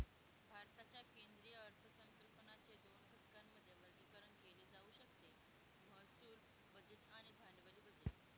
भारताच्या केंद्रीय अर्थसंकल्पाचे दोन घटकांमध्ये वर्गीकरण केले जाऊ शकते महसूल बजेट आणि भांडवली बजेट